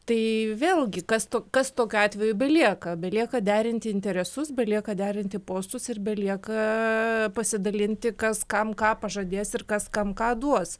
tai vėlgi kas to kas tokiu atveju belieka belieka derinti interesus belieka derinti postus ir belieka pasidalinti kas kam ką pažadėjęs ir kas kam ką duos